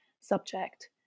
subject